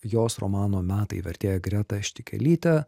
jos romano metai vertėja greta štikelyte